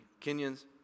Kenyans